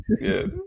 yes